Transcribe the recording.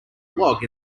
log